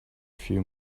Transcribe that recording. few